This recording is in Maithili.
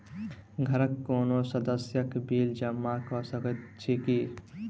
घरक कोनो सदस्यक बिल जमा कऽ सकैत छी की?